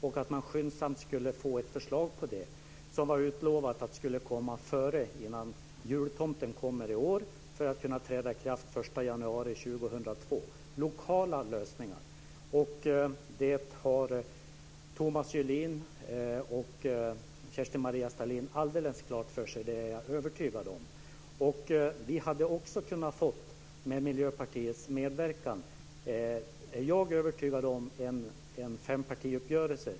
Det skulle skyndsamt läggas fram ett förslag om detta. Det var utlovat att det skulle komma innan jultomten kommer i år för att det ska kunna träda i kraft den 1 januari 2002. Det har Thomas Julin och Kerstin Maria Stalin alldeles klart för sig, det är jag övertygad om. Jag är också övertygad om att vi med Miljöpartiets medverkan hade kunnat få till stånd en fempartiuppgörelse.